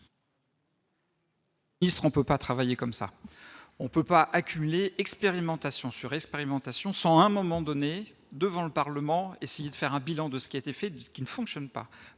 se trompent pas travailler comme ça on peut pas accumuler expérimentation sur expérimentation sans un moment donné, devant le Parlement, essayer de faire un bilan de ce qui a été fait, puisqu'ce qui ne fonctionne pas